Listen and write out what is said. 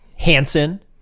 Hansen